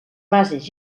bases